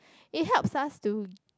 it helps us to